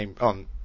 on